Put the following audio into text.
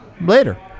later